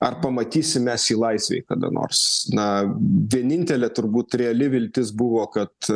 ar pamatysim mes jį laisvėj kada nors na vienintelė turbūt reali viltis buvo kad